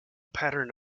pattern